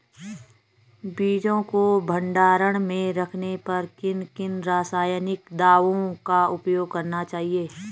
बीजों को भंडारण में रखने पर किन किन रासायनिक दावों का उपयोग करना चाहिए?